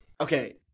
Okay